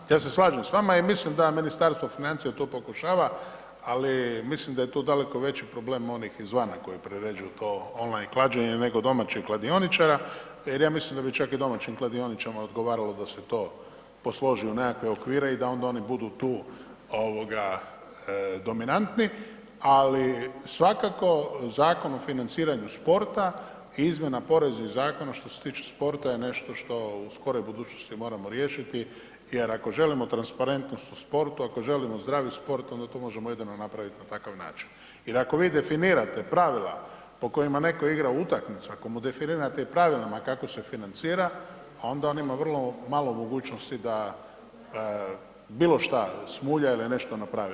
Da, ja se slažem s vama i mislim da Ministarstvo financija to pokušava, ali mislim da je tu daleko veći problem onih izvana koji priređuju to online klađenje nego domaćih kladioničara jer ja mislim da bi čak i domaćim kladioničarima odgovaralo da se to posloži u nekakve okvire i da onda oni budu tu dominantni, ali svakako Zakon o financiranju sporta i izmjena poreznih zakona, što se tiče sporta je nešto što u skoroj budućnosti moramo riješiti jer ako želimo transparentnost u sportu, ako želimo zdravi sport, onda to možemo jedino napraviti na takav način jer ako vi definirate pravila po kojima netko igra utakmicu, ako mu definirate pravilima kako se financira, onda on ima vrlo malo mogućnosti da bilo što smulja ili nešto napravi.